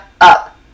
up